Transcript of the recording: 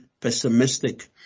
pessimistic